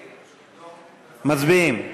מצביעים.